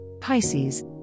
Pisces